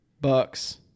Bucks